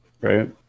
Right